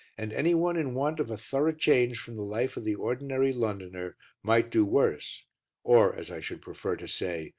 and any one in want of a thorough change from the life of the ordinary londoner might do worse or, as i should prefer to say,